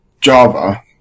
Java